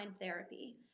therapy